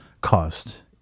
cost